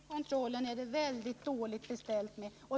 Fru talman! Den kontrollen är det mycket dåligt beställt med.